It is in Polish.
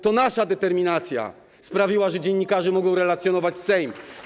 To nasza determinacja sprawiła, że dziennikarze mogą relacjonować prace Sejmu.